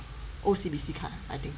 O_C_B_C card I think